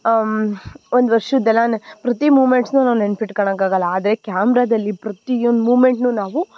ಒಂದು ವರ್ಷದ್ದು ಎಲ್ಲ ನ ಪ್ರತಿ ಮೂಮೆಂಟ್ಸನ್ನೂ ನಾವು ನೆನ್ಪಿಟ್ಕಳಕ್ ಆಗಲ್ಲ ಆದರೆ ಕ್ಯಾಮ್ರದಲ್ಲಿ ಪ್ರತಿಯೊಂದು ಮೂಮೆಂಟನ್ನೂ ನಾವು